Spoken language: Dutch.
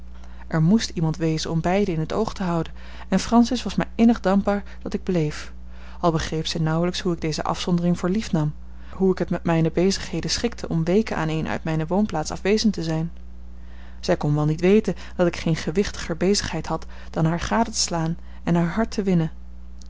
er moest iemand wezen om beiden in t oog te houden en francis was mij innig dankbaar dat ik bleef al begreep zij nauwelijks hoe ik deze afzondering voor lief nam hoe ik het met mijne bezigheden schikte om weken aaneen uit mijne woonplaats afwezend te zijn zij kon wel niet weten dat ik geen gewichtiger bezigheid had dan haar gade te slaan en haar hart te winnen